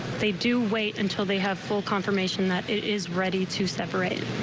they do wait until they have full confirmation that it is ready to separated.